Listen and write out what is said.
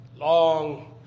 long